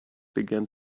began